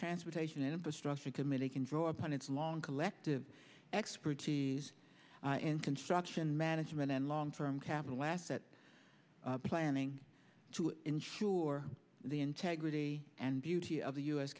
transportation infrastructure committee can draw upon its long collective expertise in construction management and long term capital asset planning to ensure the integrity and beauty of the u